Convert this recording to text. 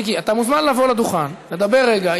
מיקי, אתה מוזמן לבוא לדוכן לדבר רגע.